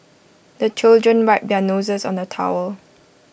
the children wipe their noses on the towel